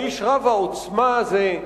האיש רב-העוצמה הזה,